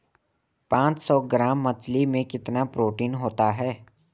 पांच सौ ग्राम मछली में कितना प्रोटीन होता है?